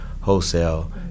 wholesale